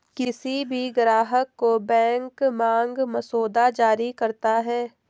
किसी भी ग्राहक को बैंक मांग मसौदा जारी करता है